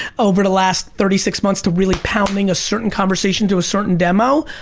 over the last thirty-six months, to really pounding a certain conversation to a certain demo.